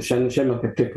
šiandien šiemet kaip tik